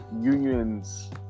unions